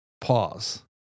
Pause